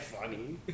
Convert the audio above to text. funny